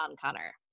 Connor